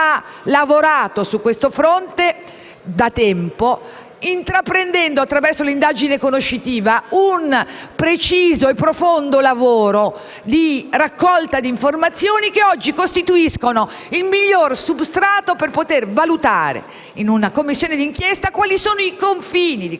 lavorato su questo fronte da tempo intraprendendo, attraverso l'indagine conoscitiva, un preciso e profondo lavoro di raccolta di informazioni che oggi costituiscono il miglior substrato per poter valutare in una Commissione d'inchiesta quali sono i confini di